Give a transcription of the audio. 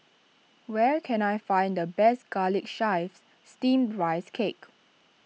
where can I find the best Garlic Chives Steamed Rice Cake